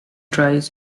tries